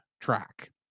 track